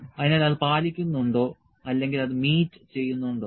അതിനാൽ അത് പാലിക്കുന്നുണ്ടോ അല്ലെങ്കിൽ അത് മീറ്റ് ചെയ്യുന്നുണ്ടോ